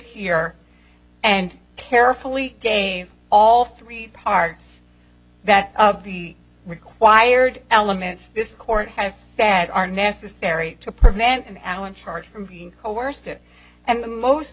your and carefully game all three parts that required elements this court has that are necessary to prevent an allen charge from being coerced it and the most